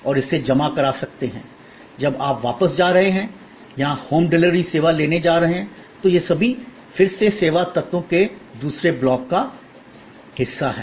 और इसे जमा करा सकते हैं जब आप वापस जा रहे हैं या होम डिलीवरी सेवा लेने जा रहे हैं तो ये सभी फिर से सेवा तत्वों के दूसरे ब्लॉक का हिस्सा हैं